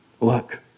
Look